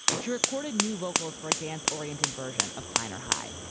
she recorded new vocals for a dance-oriented version of kleiner hai.